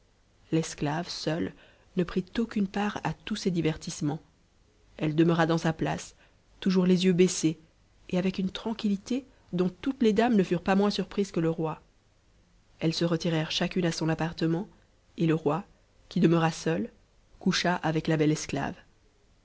l'esclave seule ne prit aucune part a to ces divertissements elle demeura dans sa place toujours les yeux baisse et avec une tranquillité dont toutes les dames ne furent pas moins snrpns que le roi elles se retirèrent chacune à son appartement et c roi f demeura seul coucha avec la belle esclave